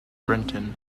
breton